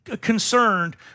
concerned